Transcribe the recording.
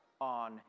on